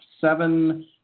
seven